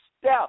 step